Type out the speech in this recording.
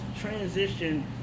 transition